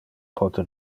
pote